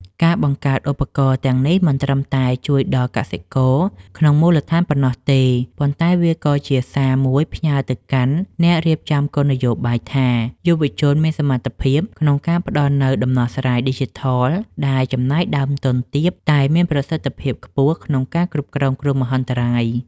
ការបង្កើតឧបករណ៍ទាំងនេះមិនត្រឹមតែជួយដល់កសិករក្នុងមូលដ្ឋានប៉ុណ្ណោះទេ ប៉ុន្តែវាក៏ជាសារមួយផ្ញើទៅកាន់អ្នករៀបចំគោលនយោបាយថា យុវជនមានសមត្ថភាពក្នុងការផ្ដល់នូវដំណោះស្រាយឌីជីថលដែលចំណាយដើមទុនទាប តែមានប្រសិទ្ធភាពខ្ពស់ក្នុងការគ្រប់គ្រងគ្រោះមហន្តរាយ។